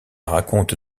raconte